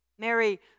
Mary